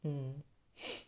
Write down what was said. mm